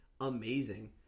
amazing